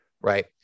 right